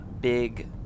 big